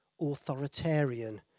authoritarian